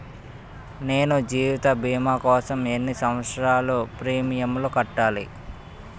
నేను జీవిత భీమా కోసం ఎన్ని సంవత్సారాలు ప్రీమియంలు కట్టాలి?